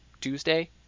Tuesday